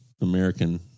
american